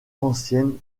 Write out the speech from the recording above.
ancienne